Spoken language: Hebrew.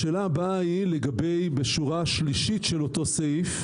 השאלה הבאה היא לגבי השורה השלישית של אותו סעיף: